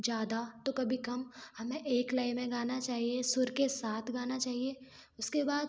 ज़्यादा तो कभी कम हमें एक लय में गाना चाहिए सुर के साथ गाना चाहिए उसके बाद